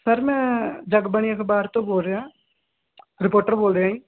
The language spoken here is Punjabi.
ਸਰ ਮੈਂ ਜਗਬਾਣੀ ਅਖ਼ਬਾਰ ਤੋਂ ਬੋਲ ਰਿਆਂ ਰਿਪੋਟਰ ਬੋਲ ਰਿਆਂ ਜੀ